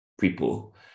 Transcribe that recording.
people